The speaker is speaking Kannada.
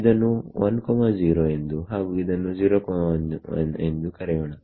ಇದನ್ನು 10 ಎಂದು ಹಾಗು ಇದನ್ನು 01 ಎಂದು ಕರೆಯೋಣ